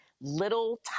little